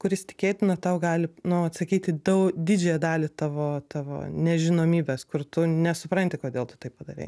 kuris tikėtina tau gali nu atsakyti dau didžiąją dalį tavo tavo nežinomybės kur tu nesupranti kodėl tu taip padarei